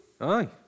Aye